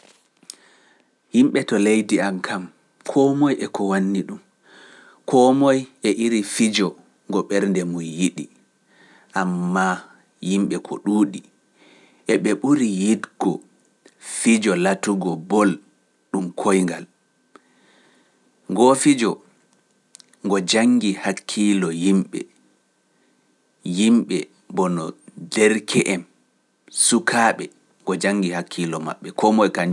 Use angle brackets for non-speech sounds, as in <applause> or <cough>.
<noise> Yimɓe to leydi am kam, koo moye e ko wanni ɗum, koo moye e iri fijo ngo ɓernde mum yiɗi, ammaa yimɓe ko ɗuuɗi, eɓe buri yidugo fijo bol koingal. e derke en, sukaaɓe fu, ngo janngi hakkiilo maɓɓe.